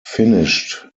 finished